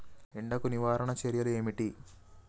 ఎండకు నివారణ చర్యలు ఏమిటి?